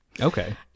okay